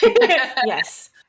Yes